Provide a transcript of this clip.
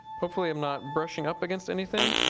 hopefully i'm not brushing up against anything.